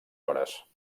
hores